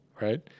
right